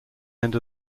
end